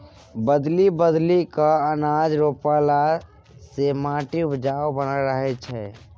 बदलि बदलि कय अनाज रोपला से माटि उपजाऊ बनल रहै छै